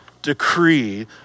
decree